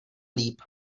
líp